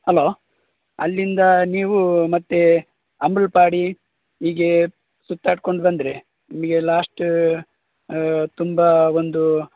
hello ಅಲ್ಲಿಂದ ನೀವು ಮತ್ತೆ ಅಂಬಲಪಾಡಿ ಹೀಗೆ ಸುತ್ತಾಡ್ಕೊಂಡು ಬಂದರೆ ನಿಮಗೆ ಲಾಸ್ಟ್ ತುಂಬ ಒಂದು